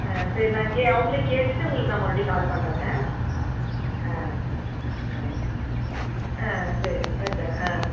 ஆ சரி நான் கே அவங்களையும் கேட்டுகிட்டு உங்களுக்கு நான் மறுபடியும் கால் பண்ணுறேங்க ஆ சரி ஆ ஆ சரிங்க வச்சிடுறேன் ஆ